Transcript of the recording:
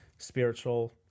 spiritual